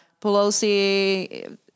Pelosi